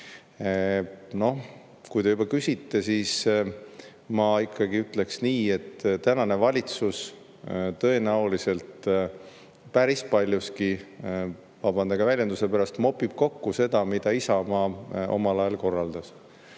seis. Kui te juba küsite, siis ma ikkagi ütleksin nii, et praegune valitsus tõenäoliselt päris paljuski, vabandage väljenduse pärast, mopib kokku seda, mida Isamaa omal ajal korraldas.